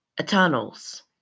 Eternals